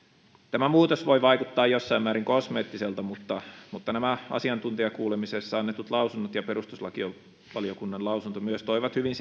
tämä muutos voi vaikuttaa jossain määrin kosmeettiselta mutta mutta nämä asiantuntijakuulemisessa annetut lausunnot ja perustuslakivaliokunnan lausunto myös toivat hyvin